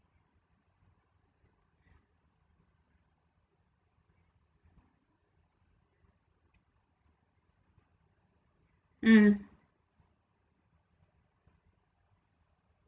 mm